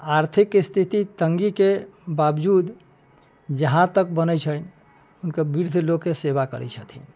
आर्थिक स्थिति तंगीके बावजूद जहाँ तक बनैत छन्हि हुनकर वृद्ध लोकके सेवा करै छथिन